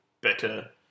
better